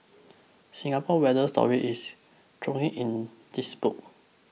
Singapore water story is in this book